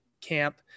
camp